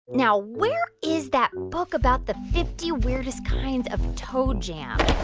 now, where is that book about the fifty weirdest kinds of toe jam?